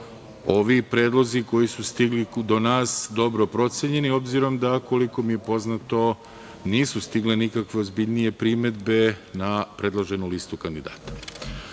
ovi predlozi koji su stigli do nas dobro procenjeni, obzirom da, koliko mi je poznato, nisu stigle nikakve ozbiljnije primedbe na predloženu listu kandidata. Očekujem